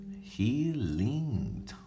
Healing